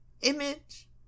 image